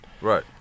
Right